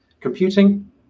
computing